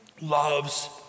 loves